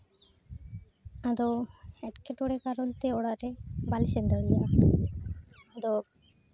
ᱟᱫᱚ ᱮᱴᱠᱮᱴᱚᱬᱮ ᱠᱟᱨᱚᱱᱛᱮ ᱚᱲᱟᱜ ᱨᱮ ᱵᱟᱞᱮ ᱥᱮᱱ ᱫᱟᱲᱮᱭᱟᱜᱼᱟ ᱟᱫᱚ